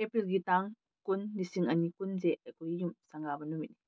ꯑꯦꯄ꯭ꯔꯤꯜꯒꯤ ꯇꯥꯡ ꯀꯨꯟ ꯂꯤꯁꯤꯡ ꯑꯅꯤ ꯀꯨꯟꯁꯦ ꯑꯩꯈꯣꯏꯒꯤ ꯌꯨꯝ ꯁꯪꯒꯥꯕ ꯅꯨꯃꯤꯠꯅꯤ